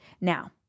Now